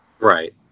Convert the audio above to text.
Right